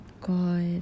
god